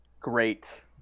great